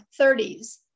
30s